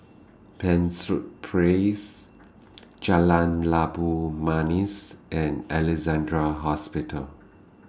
Penshurst Prase Jalan Labu Manis and Alexandra Hospital